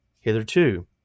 hitherto